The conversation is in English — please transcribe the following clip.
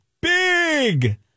big